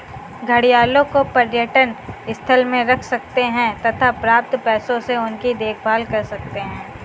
घड़ियालों को पर्यटन स्थल में रख सकते हैं तथा प्राप्त पैसों से उनकी देखभाल कर सकते है